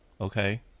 okay